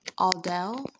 Aldel